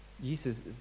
Jesus